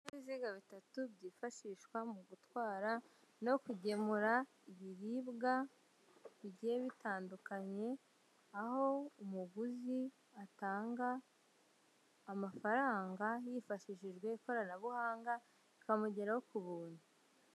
Ibinyabiziga bitatu byifashishwa mu gutwara no kugemura ibiribwa bigiye bitandukanye aho umuguzi atanga amafaranga hifashishijwe ikoranabuhanga bikamugeraho ku buntu.